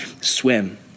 swim